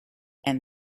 and